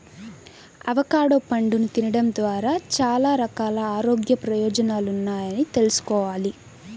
avocado పండుని తినడం ద్వారా చాలా రకాల ఆరోగ్య ప్రయోజనాలున్నాయని తెల్సుకోవాలి